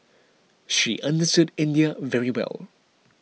she understood India very well